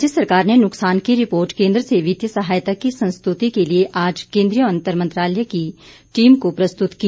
राज्य सरकार ने नुक्सान की रिपोर्ट केंद्र से वित्तीय सहायता की संस्तुति के लिए आज केंद्रीय अंतर मंत्रालय की टीम को प्रस्तुत की